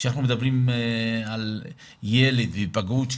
כשאנחנו מדברים על היפגעות,